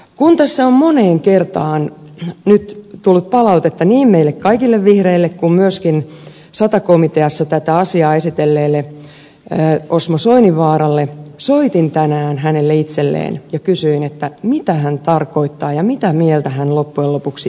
kun tässä on moneen kertaan nyt tullut palautetta niin meille kaikille vihreille kuin myöskin sata komiteassa tätä asiaa esitelleelle osmo soininvaaralle soitin tänään hänelle itselleen ja kysyin mitä hän tarkoittaa ja mitä mieltä hän loppujen lopuksi itse on